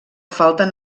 falten